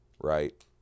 right